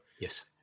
Yes